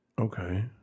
Okay